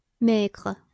Maigre